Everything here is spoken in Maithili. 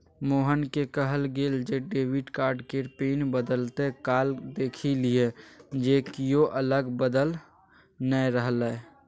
मोहनकेँ कहल गेल जे डेबिट कार्ड केर पिन बदलैत काल देखि लिअ जे कियो अगल बगल नै रहय